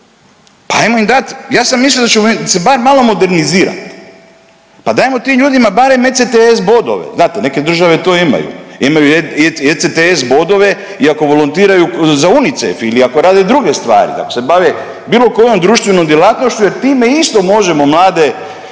Pa ajmo im dat, ja sam mislio da ćemo se bar malo modernizirat, pa dajmo tim ljudima barem ECTS bodove, znate, neke države to imaju, imaju ECTS bodove i ako volontiraju za Unicef ili ako rade druge stvari, da ako se bave bilo kojom društvenom djelatnošću jer time isto možemo mlade